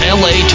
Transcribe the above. la